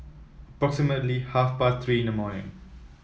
approximately half past Three in the morning